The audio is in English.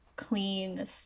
clean